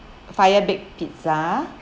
fire baked pizza